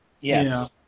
Yes